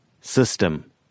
System